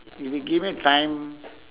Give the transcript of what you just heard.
if you give me time